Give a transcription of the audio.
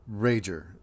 rager